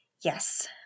Yes